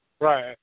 Right